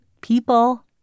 people